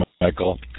Michael